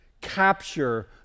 capture